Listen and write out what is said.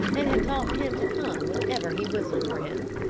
and had taught him to come whenever he whistled for him.